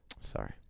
Sorry